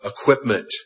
equipment